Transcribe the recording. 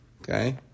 okay